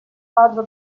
quadro